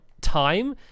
time